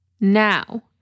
Now